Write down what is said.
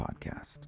podcast